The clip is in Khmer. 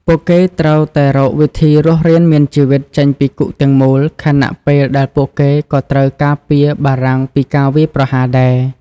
ពួកគេត្រូវតែរកវិធីរស់រានមានជីវិតចេញពីគុកទាំងមូល ខណៈពេលដែលពួកគេក៏ត្រូវការពារបារាំងពីការវាយប្រហារដែរ។